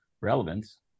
relevance